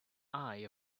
eye